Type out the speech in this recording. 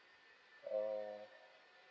mm